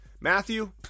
Matthew